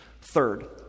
Third